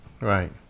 Right